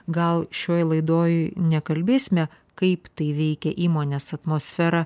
gal šioj laidoj nekalbėsime kaip tai veikia įmonės atmosferą